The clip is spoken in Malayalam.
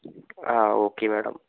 ആ ഓക്കേ മേഡം